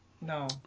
No